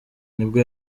nibwo